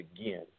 again